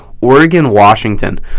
Oregon-Washington